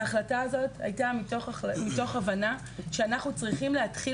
ההחלטה הזאת הייתה מתוך הבנה שאנחנו צריכים להתחיל